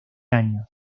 año